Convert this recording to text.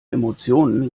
emotionen